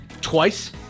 Twice